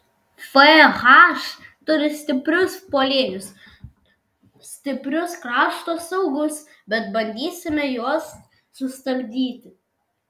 fh turi stiprius puolėjus stiprius krašto saugus bet bandysime juos sustabdyti